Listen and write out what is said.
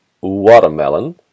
watermelon